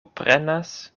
prenas